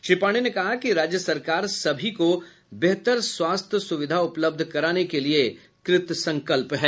श्री पाण्डेय ने कहा कि राज्य सरकार सभी को बेतहर स्वास्थ्य सुविधा उपलब्ध कराने के लिये कृतसंकल्प है